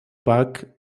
back